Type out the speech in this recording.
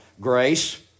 Grace